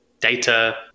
data